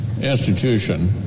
institution